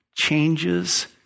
changes